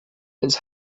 its